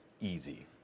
easy